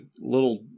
little